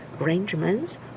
arrangements